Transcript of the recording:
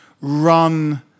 run